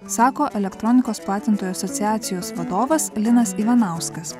sako elektronikos platintojų asociacijos vadovas linas ivanauskas